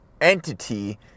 entity